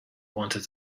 wanted